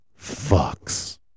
fucks